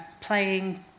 playing